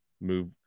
move